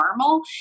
normal